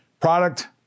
Product